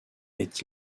est